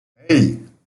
hey